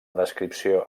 descripció